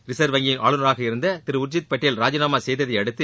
reserve வங்கியின் ஆளுநராக இருந்த திரு உர்ஜித் பட்டேல் ராஜினாமா செய்ததை அடுத்து